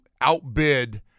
outbid